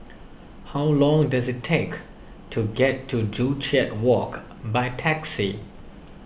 how long does it take to get to Joo Chiat Walk by taxi